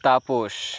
Tapas